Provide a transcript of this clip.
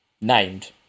named